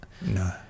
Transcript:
No